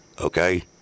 Okay